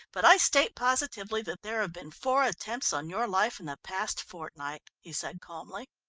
but i state positively that there have been four attempts on your life in the past fortnight, he said calmly.